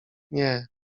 nie